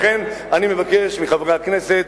לכן אני מבקש מחברי הכנסת,